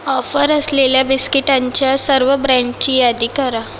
offer असलेल्या बिस्किटांच्या सर्व ब्रँडची यादी करा